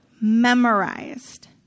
memorized